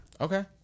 Okay